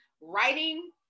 writing